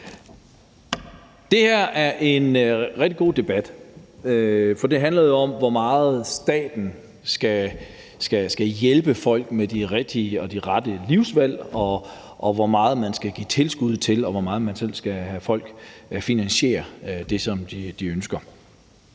det her er en rigtig god debat, for det handler jo om, hvor meget staten skal hjælpe folk med de rigtige og de rette livsvalg, og hvor meget man skal give tilskud til, og hvor meget man skal have folk til selv at finansiere det, som de ønsker.